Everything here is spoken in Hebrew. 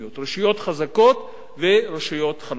רשויות חזקות ורשויות חלשות.